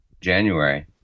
January